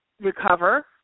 recover